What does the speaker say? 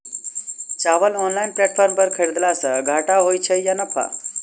चावल online platform पर खरीदलासे घाटा होइ छै या नफा?